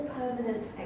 permanent